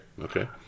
okay